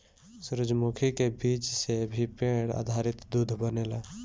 सूरजमुखी के बीज से भी पेड़ आधारित दूध बनेला